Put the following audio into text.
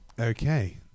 Okay